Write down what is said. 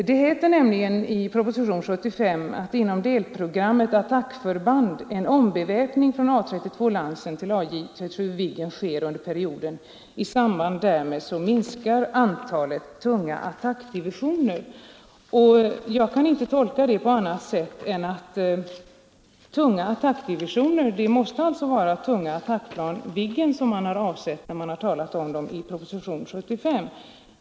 Det heter nämligen i propositionen nr 75 att ”det inom delprogrammet Attackförband sker en ombeväpning från A 32 Lansen till AJ 37 Viggen under perioden, och att antalet tunga attackdivisioner minskar i samband härmed”. Jag kan inte tolka uttalandet i propositionen nr 75 på annat sätt än att tunga attackdivisioner måste vara tunga attackflygplan, dvs Viggen.